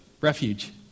refuge